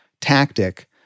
tactic